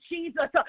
Jesus